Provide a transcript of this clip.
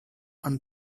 and